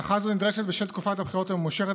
הארכה זו נדרשת בשל תקופת הבחירות הממושכת,